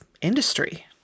industry